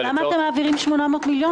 אבל --- אז למה אתם מעבירים 800 מיליון?